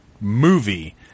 movie